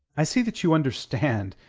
i see that you understand,